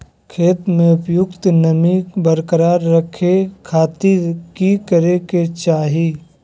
खेत में उपयुक्त नमी बरकरार रखे खातिर की करे के चाही?